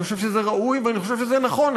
אני חושב שזה ראוי ואני חושב שזה נכון.